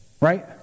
right